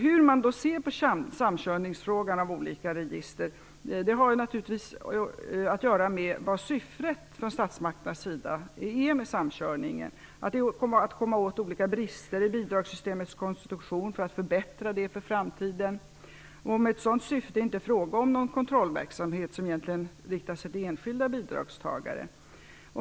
Hur man ser på samkörning av olika register har naturligtvis att göra med vilket syfte statsmakterna har med samkörningen. Om syftet är att komma åt vissa brister i bidragssystemets konstruktion för att kunna förbättra det i framtiden, är det inte fråga om någon kontrollverksamhet som riktar sig till enskilda bidragstagare.